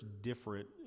different